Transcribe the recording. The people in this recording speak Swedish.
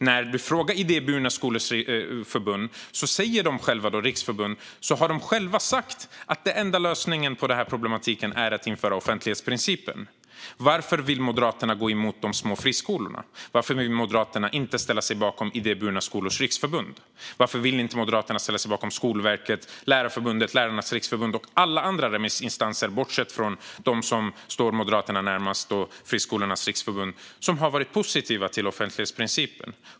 När du frågar Idéburna skolors riksförbund säger de själva att den enda lösningen på den här problematiken är att införa offentlighetsprincipen. Varför vill Moderaterna gå emot de små friskolorna? Varför vill Moderaterna inte ställa sig bakom Idéburna skolors riksförbund? Varför vill Moderaterna inte ställa sig bakom Skolverket, Lärarförbundet, Lärarnas Riksförbund och alla andra remissinstanser - bortsett från dem som står Moderaterna närmast och Friskolornas riksförbund - som har varit positiva till offentlighetsprincipen?